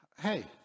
Hey